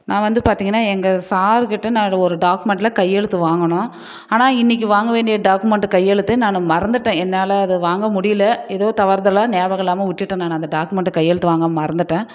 நான் வந்து பார்த்திங்கன்னா எங்கள் சார் கிட்ட நான் இதை ஒரு டாக்குமெண்ட்டில் கையெழுத்து வாங்கணும் ஆனால் இன்னைக்கு வாங்க வேண்டிய டாக்குமெண்ட்டு கையெழுத்து நான் மறந்துவிட்டேன் என்னால் அதை வாங்க முடியலை ஏதோ தவறுதலாக ஞாபகம் இல்லாமல் விட்டுட்டேன் நான் அந்த டாக்குமெண்ட்டை கையெழுத்து வாங்காமல் மறந்துவிட்டேன்